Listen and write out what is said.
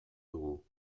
dugu